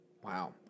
Wow